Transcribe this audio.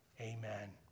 Amen